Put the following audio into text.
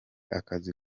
akazi